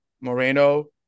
Moreno